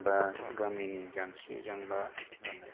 बा गामिनि जेंसि जेंला जानायफोराव